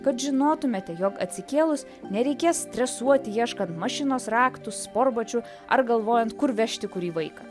kad žinotumėte jog atsikėlus nereikės stresuoti ieškant mašinos raktų sportbačių ar galvojant kur vežti kurį vaiką